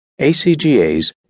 ACGA's